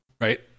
right